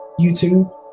YouTube